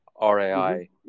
RAI